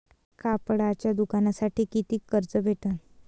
कापडाच्या दुकानासाठी कितीक कर्ज भेटन?